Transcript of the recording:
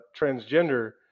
transgender